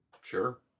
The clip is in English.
Sure